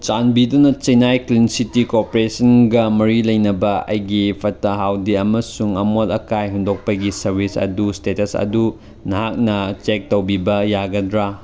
ꯆꯥꯟꯕꯤꯗꯨꯅ Chennai clean city ꯀꯣꯑꯣꯄꯔꯦꯁꯟꯒ ꯃꯔꯤ ꯂꯩꯅꯕ ꯑꯩꯒꯤ ꯐꯠꯇ ꯍꯥꯎꯗꯤ ꯑꯃꯁꯨꯡ ꯑꯃꯣꯠ ꯑꯀꯥꯏ ꯍꯨꯟꯗꯣꯛꯄꯒꯤ ꯁꯥꯔꯕꯤꯁ ꯑꯗꯨ ꯏꯁꯇꯦꯇꯁ ꯑꯗꯨ ꯅꯍꯥꯛꯅ ꯆꯦꯛ ꯇꯧꯕꯤꯕ ꯌꯥꯒꯗ꯭ꯔꯥ